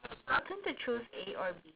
why can't they choose a or B